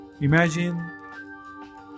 Imagine